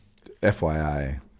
FYI